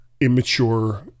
immature